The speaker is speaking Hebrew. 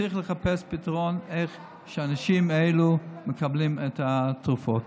צריך לחפש פתרון איך האנשים האלה יקבלו את תרופות.